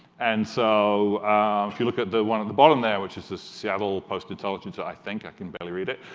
and so if you look at the one on the bottom there, which is the seattle post-intelligencer, i think, i can barely read it.